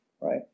right